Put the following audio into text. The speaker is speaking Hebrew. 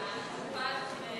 נא להצביע.